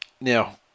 Now